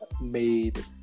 Made